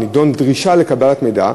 הנדון: דרישה לקבלת מידע.